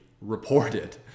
reported